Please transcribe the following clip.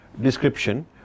description